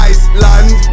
Iceland